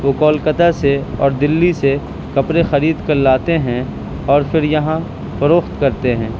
وہ کولکاتا سے دلی سے کپڑے خرید کر لاتے ہیں اور پھر یہاں فروخت کرتے ہیں